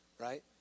right